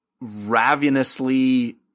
ravenously